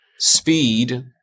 speed